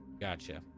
Gotcha